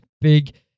big